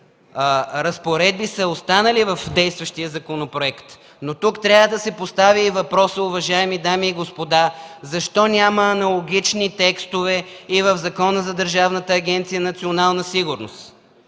разпоредби са останали в действащия законопроект, но тук трябва да се постави въпросът, уважаеми дами и господа, защо няма аналогични текстове и в Закона за Държавната агенция „Национална сигурност”?!